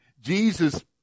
Jesus